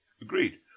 Agreed